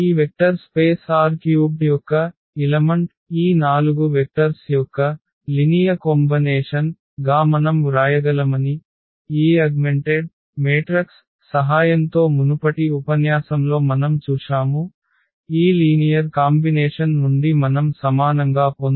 ఈ vector space R³ యొక్క మూలకం ఈ 4 వెక్టర్స్ యొక్క సరళ కలయిక గా మనం వ్రాయగలమని ఈ వృద్ధి చెందిన మాతృక సహాయంతో మునుపటి ఉపన్యాసంలో మనం చూశాము ఈ లీనియర్ కాంబినేషన్ నుండి మనం సమానంగా పొందవచ్చు v1 v2 v3